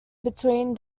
between